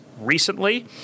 recently